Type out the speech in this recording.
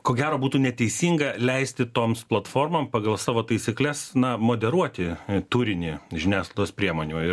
ko gero būtų neteisinga leisti toms platformom pagal savo taisykles na moderuoti turinį žiniasklaidos priemonių ir